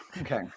Okay